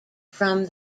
from